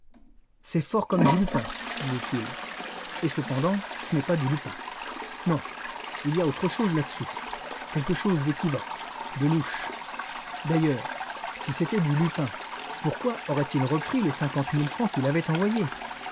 c'est fort comme du lupin disait-il et cependant ce n'est pas du lupin non il y a autre chose là-dessous quelque chose d'équivoque de louche d'ailleurs si c'était du lupin pourquoi aurait-il repris les cinquante mille francs qu'il avait envoyés